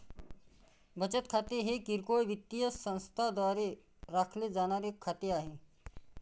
बचत खाते हे किरकोळ वित्तीय संस्थांद्वारे राखले जाणारे खाते आहे